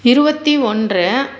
இருபத்தி ஒன்று